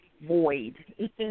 void